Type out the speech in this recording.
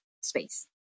space